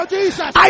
Jesus